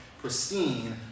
pristine